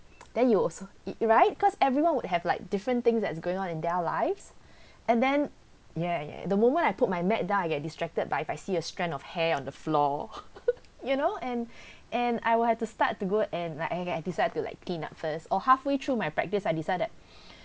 then you also right because everyone would have like different things that's going on in their lives and then ya ya the moment I put my mat down I get distracted by if I see a strand of hair on the floor you know and and I will have to start to go and like I I decide to like clean up first or halfway through my practice I decided